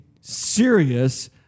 serious